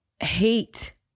hate